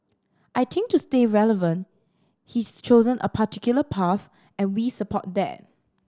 I think to stay relevant he's chosen a particular path and we support that